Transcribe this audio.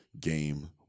game